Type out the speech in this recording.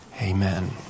amen